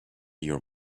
your